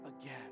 again